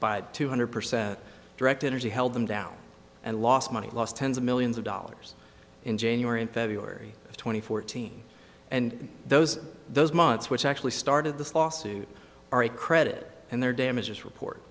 by two hundred percent direct energy held them down and lost money lost tens of millions of dollars in january and february two thousand and fourteen and those those months which actually started this lawsuit are a credit and their damages report